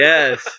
Yes